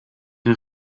een